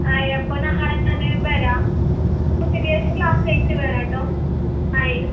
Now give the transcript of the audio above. ആ അപ്പോൾ നാളെ ഞാൻ വരാം ഉച്ചയ്ക്ക് ശേഷം ക്ലാസ് കഴിഞ്ഞിട്ട് വരാം കേട്ടോ ആയി